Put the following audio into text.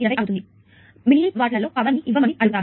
మళ్ళీ ఈ సూచనలను చదవండి మిల్లీ వాట్స్లో పవర్ ని ఇవ్వమని అడిగారు